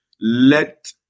let